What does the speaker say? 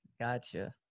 Gotcha